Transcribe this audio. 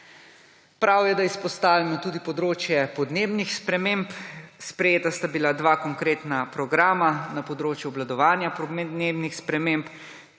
Prav je, da izpostavimo tudi področje podnebnih sprememb. Sprejeta sta bila dva konkretna programa na področju obvladovanja podnebnih sprememb,